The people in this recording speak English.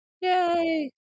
Yay